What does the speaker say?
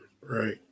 right